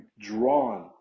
drawn